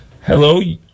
hello